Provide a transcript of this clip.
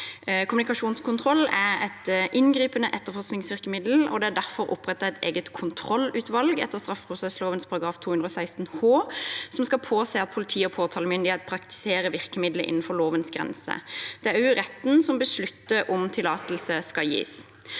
Kommunikasjonskontroll er et inngripende etterforskningsvirkemiddel, og det er derfor opprettet et eget kontrollutvalg etter straffeprosessloven § 216 h, som skal påse at politi og påtalemyndighet praktiserer virkemidlet innenfor lovens grenser. Det er retten som beslutter om tillatelse skal gis.